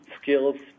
skills